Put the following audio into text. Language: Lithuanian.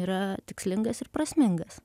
yra tikslingas ir prasmingas